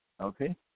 Okay